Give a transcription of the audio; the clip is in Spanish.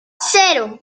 cero